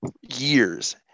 years